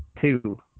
Two